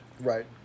Right